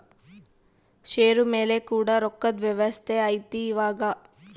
ಷೇರು ಮೇಲೆ ಕೂಡ ರೊಕ್ಕದ್ ವ್ಯವಸ್ತೆ ಐತಿ ಇವಾಗ